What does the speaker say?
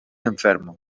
enfermo